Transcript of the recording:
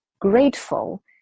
grateful